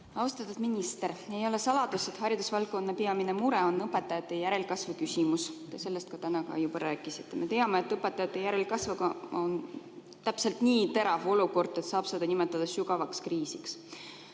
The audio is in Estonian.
Austatud minister! Ei ole saladus, et haridusvaldkonna peamine mure on õpetajate järelkasvu küsimus. Sellest te täna ka juba rääkisite. Me teame, et õpetajate järelkasvuga on täpselt nii terav olukord, et seda saab nimetada sügavaks kriisiks.